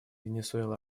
венесуэлы